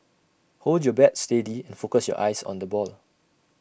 hold your bat steady and focus your eyes on the ball